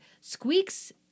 Squeak's